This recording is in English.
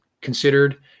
considered